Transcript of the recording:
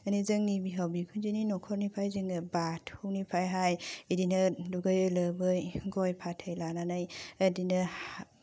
माने जोंनि बिहाव बिखुनजोनि न'खरनिफ्राय जोङो बाथौनिफ्रायहाय बिदिनो दुगै लोबै गय फाथै लानानै बिदिनो